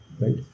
right